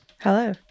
Hello